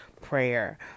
prayer